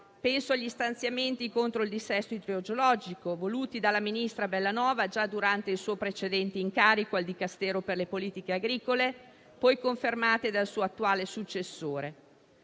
penso agli stanziamenti contro il dissesto idrogeologico, voluti dalla ministra Bellanova già durante il suo precedente incarico al Dicastero per le politiche agricole e forestali, poi confermate dal suo attuale successore.